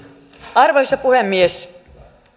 arvoisa puhemies